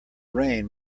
rain